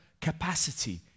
capacity